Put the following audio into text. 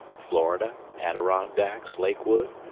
florida, adirondacks, lakewood,